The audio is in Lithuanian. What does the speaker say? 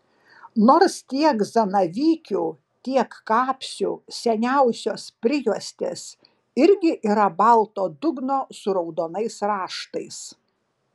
nors tiek zanavykių tiek kapsių seniausios prijuostės irgi yra balto dugno su raudonais raštais